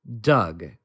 Doug